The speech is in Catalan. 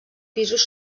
pisos